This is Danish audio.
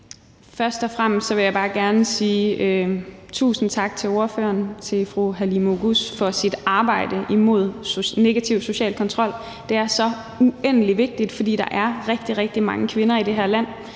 Først og fremmest vil jeg bare gerne sige tusind tak til ordføreren, til fru Halime Oguz, for hendes arbejde imod negativ social kontrol. Det er så uendelig vigtigt, fordi der er rigtig, rigtig mange kvinder i det her land,